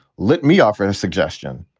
let me offer and a suggestion.